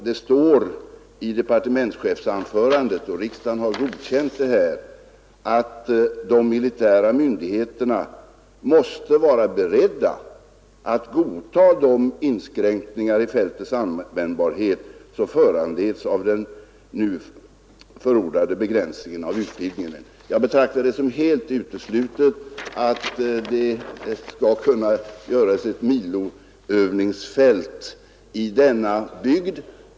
Det står i departementschefsanförandet, och riksdagen har även godkänt detta, att de militära myndigheterna måste vara beredda att godta de inskränkningar i fältets användbarhet som föranleds av den nu förordade begränsningen av utvidgningen. Jag betraktar det som helt uteslutet att det skall kunna göras ett miloövningsfält i denna bygd.